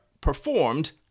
performed